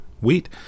Wheat